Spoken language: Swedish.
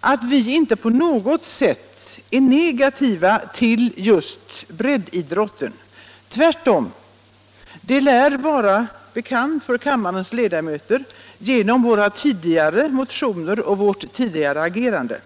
att vi inte på något sätt är negativa till just breddidrotten, tvärtom — det lär vara bekant för kammarens ledamöter genom våra tidigare motioner och vårt tidigare agerande.